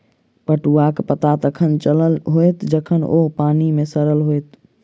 पटुआक पता तखन चलल होयत जखन ओ पानि मे सड़ल होयत